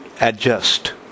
adjust